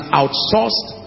outsourced